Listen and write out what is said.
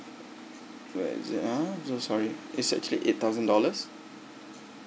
where is it uh so sorry it's actually eight thousand dollars